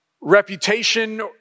reputation